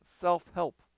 self-help